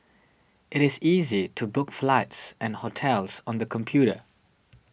it is easy to book flights and hotels on the computer